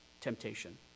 temptation